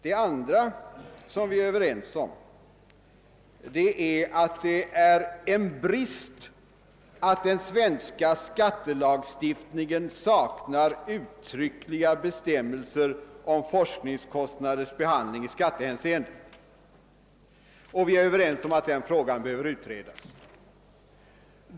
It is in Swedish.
Vi är dessutom överens om att det är en brist att den svenska skattelagstiftningen saknar uttryckliga bestämmelser om forskningskostnaders behandling i skattehänseende och att saken behöver utredas.